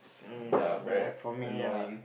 um then for me ya